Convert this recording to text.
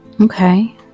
Okay